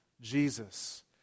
Jesus